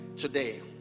today